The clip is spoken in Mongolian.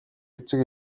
эцэг